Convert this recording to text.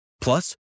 Plus